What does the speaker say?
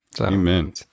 Amen